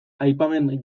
aipamen